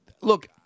Look